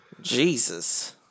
Jesus